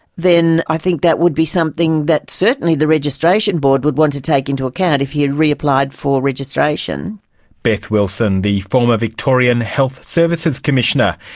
then i think that would be something that certainly the registration board would want to take into account if he reapplied for registration. the beth wilson, the former victorian health services commissioner.